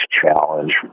challenge